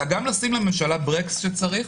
אלא גם לשים לממשלה ברקס כשצריך,